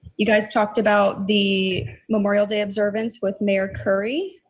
you guys talked about the memorial day observance with mayor curry.